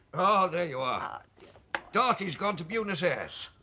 oh there you are dartie's gone to buenos aires!